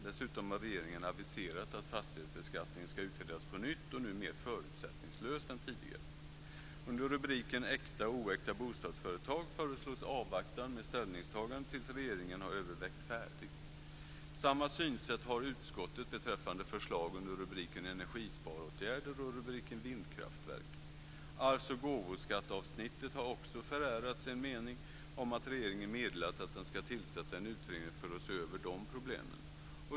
Dessutom har regeringen aviserat att fastighetsbeskattningen ska utredas på nytt, och nu mer förutsättningslöst än tidigare. Under rubriken Äkta och oäkta bostadsföretag förelås avvaktande med ställningstagandet tills regering har övervägt färdigt. Samma synsätt har utskottet beträffande förslag under rubriken Energisparåtgärder och under rubriken Vindkraftverk. Arvs och gåvoskattsavsnittet har också förärats en mening om att regeringen meddelat att den ska tillsätta en utredning för att se över problemen.